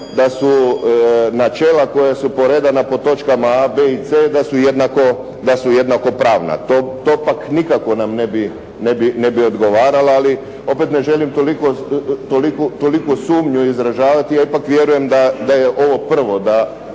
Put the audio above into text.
da su načela koja su poredana po točkama a, b i c da su jednakopravna. To pak nikako nam ne bi odgovaralo. Ali opet ne želim toliku sumnju izražavati. Ja ipak vjerujem da je ovo prvo, da